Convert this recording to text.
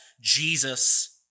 Jesus